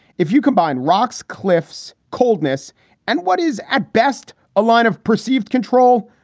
if you combine rocks, cliffs, coldness and what is at best a line of perceived control,